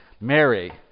Mary